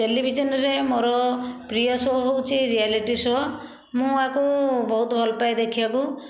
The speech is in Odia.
ଟେଲିଭିଜନରେ ମୋର ପ୍ରିୟ ସୋ ହେଉଛି ରିୟାଲିଟି ସୋ ମୁଁ ୟାକୁ ବହୁତ ଭଲ ପାଏ ଦେଖିବାକୁ